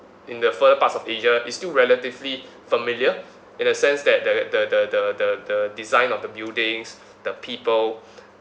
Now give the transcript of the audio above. in the further parts of asia it's still relatively familiar in a sense that the the the the the the design of the buildings the people